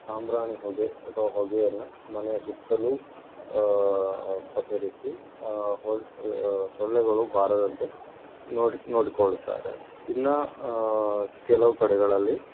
ಸಾಂಬ್ರಾಣಿ ಹೊಗೆ ಅಥವಾ ಹೊಗೆಯನ್ನು ಮನೆಯ ಸುತ್ತಲು ಪಸರಿಸಿ ಹೊಳ್ ಸೊಳ್ಳೆಗಳು ಬಾರದಂತೆ ನೋಡಿಕೊಳ್ಳುತ್ತಾರೆ ಇನ್ನು ಕೆಲವು ಕಡೆಗಳಲ್ಲಿ